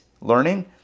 learning